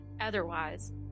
otherwise